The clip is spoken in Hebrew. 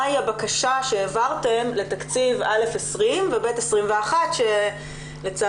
מהי הבקשה שהעברתם לתקציב 2020 ו-2021 שלצערי